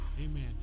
Amen